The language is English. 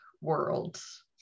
worlds